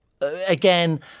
Again